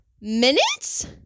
minutes